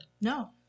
No